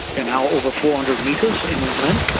and now over four hundred metres in length.